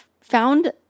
found